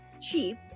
cheap